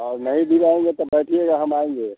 और नहीं भी रहेंगे तो बैठिएगा हम आएँगे